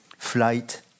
Flight